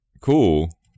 cool